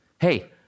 Hey